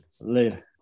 Later